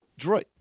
droid